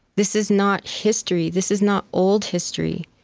this is not history. this is not old history.